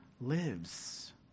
lives